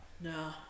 no